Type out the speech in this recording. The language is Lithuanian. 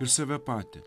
ir save patį